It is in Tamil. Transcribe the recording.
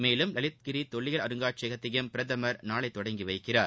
மேலும் லலித்கிரி தொல்லியல் அருங்காட்சியகத்தையும பிரதமர் நாளை தொடங்கி வைக்கிறார்